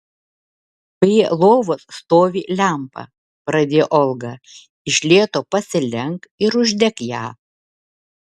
prie lovos stovi lempa pradėjo olga iš lėto pasilenk ir uždek ją